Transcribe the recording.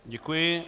Děkuji.